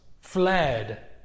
fled